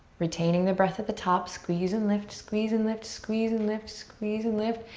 retaining the breath at the top. squeeze and lift, squeeze and lift, squeeze and lift, squeeze and lift.